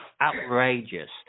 outrageous